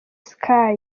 sky